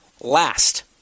last